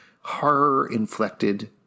horror-inflected